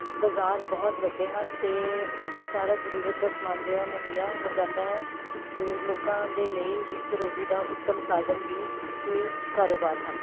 ਬਜ਼ਾਰ ਬਹੁਤ ਵੱਡੇ ਹਨ ਅਤੇ ਉੱਥੇ ਸਾਰਾ ਜ਼ਰੂਰਤ ਦਾ ਸਮਾਜ ਜੋ ਹੈ ਮੁਹੱਈਆ ਹੋ ਜਾਂਦਾ ਹੈ ਅਤੇ ਲੋਕਾਂ ਦੇ ਲਈ ਇੱਕ ਰੋਜ਼ੀ ਦਾ ਉੱਤਮ ਸਾਧਨ ਵੀ ਇਹ ਕਾਰੋਬਾਰ ਹਨ